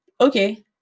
Okay